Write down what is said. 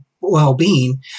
well-being